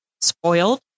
spoiled